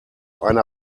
einer